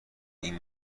این